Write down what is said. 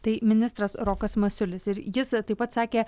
tai ministras rokas masiulis ir jis taip pat sakė